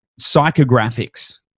psychographics